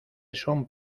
son